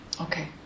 Okay